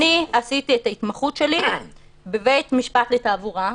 עשיתי את ההתמחות שלי בבית משפט לתעבורה.